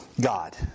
God